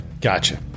Gotcha